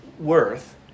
Worth